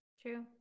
True